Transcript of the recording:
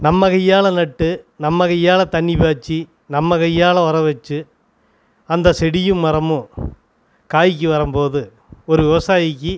நம்ம கையால் நட்டு நம்ம கையால் தண்ணிர் பாய்ச்சி நம்ம கையால் வர வச்சு அந்த செடியும் மரமும் காய்க்கு வரும் போது ஒரு விவசாயிக்கு